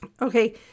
Okay